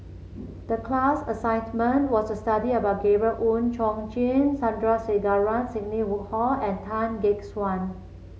the class was to study about Gabriel Oon Chong Jin Sandrasegaran Sidney Woodhull and Tan Gek Suan